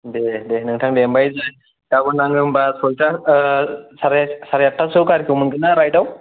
दे दे नोंथां दे ओमफ्राय गाबोन आं होमब्ला सयथा साराय आठथासोआव गारिखौ मोनगोन ना राइटाव